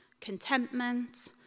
contentment